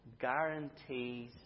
guarantees